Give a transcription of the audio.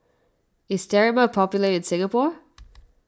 is Sterimar popular in Singapore